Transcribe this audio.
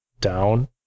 down